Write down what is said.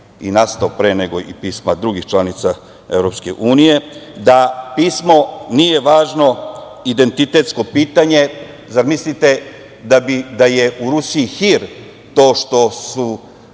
je nastao pre nego pisma drugih članica Evropske unije. Da pismo nije važno identitetsko pitanje, zamislite da je u Rusiji hir to što su